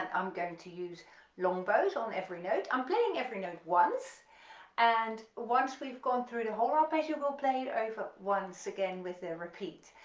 i'm going to use long bows on every note, i'm playing every note once and once we've gone through the whole arpeggio we'll play it over once again with. ah